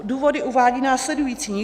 Důvody uvádí následující.